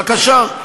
בבקשה.